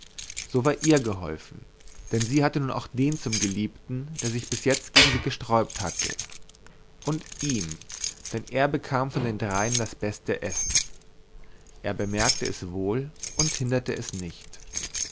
so war ihr geholfen denn sie hatte nun auch den zum geliebten der sich bis jetzt gegen sie gesträubt hatte und ihm denn er bekam von den dreien das beste essen er bemerkte es wohl und hinderte es nicht